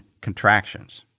Contractions